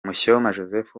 joseph